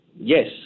Yes